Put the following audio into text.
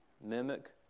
mimic